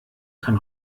kann